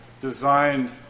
designed